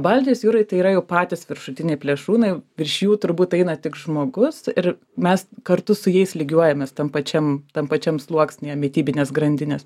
baltijos jūroj tai yra jau patys viršutiniai plėšrūnai virš jų turbūt eina tik žmogus ir mes kartu su jais lygiuojamės tam pačiam tam pačiam sluoksnyje mitybinės grandinės